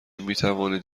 میتوانید